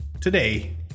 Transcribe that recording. today